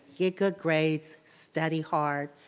get good grades, study hard.